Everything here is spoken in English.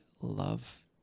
love